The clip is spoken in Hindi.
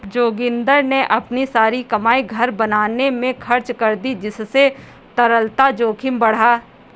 जोगिंदर ने अपनी सारी कमाई घर बनाने में खर्च कर दी जिससे तरलता जोखिम बढ़ा